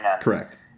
Correct